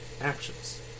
actions